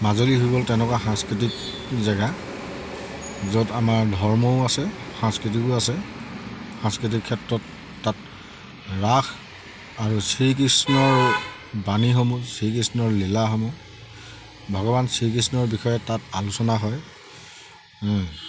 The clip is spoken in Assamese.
মাজুলী হৈ গ'ল তেনেকুৱা সাংস্কৃতিক জেগা য'ত আমাৰ ধৰ্মও আছে সাংস্কৃতিকো আছে সাংস্কৃতিক ক্ষেত্ৰত তাত ৰাস আৰু শ্ৰীকৃষ্ণৰ বাণীসমূহ শ্ৰীকৃষ্ণৰ লীলাসমূহ ভগৱান শ্ৰীকৃষ্ণৰ বিষয়ে তাত আলোচনা হয়